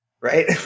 Right